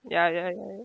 ya ya ya